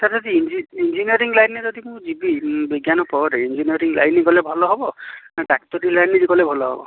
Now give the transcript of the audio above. sir ଯଦି engineering ଲାଇନ୍ରେ ଯଦି ମୁଁ ଯିବି ବିଜ୍ଞାନ ପରେ ଇଞ୍ଜିନିୟରିଂ ଲାଇନ୍ ଗଲେ ଭଲ ହବ ନା ଡାକ୍ତରୀ ଲାଇନ୍କି ଗଲେ ଭଲ ହବ